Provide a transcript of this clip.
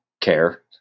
care